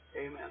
Amen